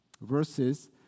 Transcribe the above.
verses